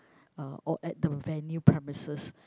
uh or at the venue premises